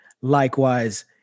Likewise